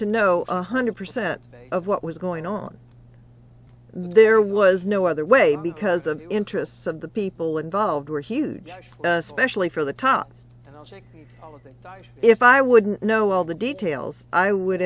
to know one hundred percent of what was going on there was no other way because the interests of the people involved were huge especially for the top guys if i wouldn't know all the details i would